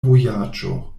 vojaĝo